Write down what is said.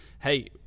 hey